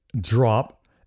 drop